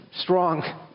strong